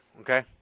okay